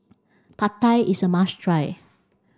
Pad Thai is a must try